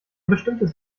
bestimmtes